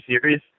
series